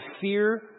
fear